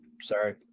sorry